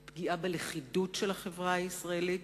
היא פגיעה בלכידות של החברה הישראלית,